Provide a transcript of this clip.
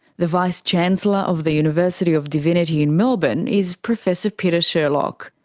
the vice chancellor of the university of divinity in melbourne is professor peter sherlock.